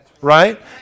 right